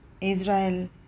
Israel